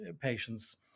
patients